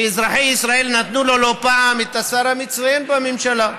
אזרחי ישראל נתנו לו לא פעם את השר המצטיין בממשלה.